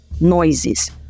noises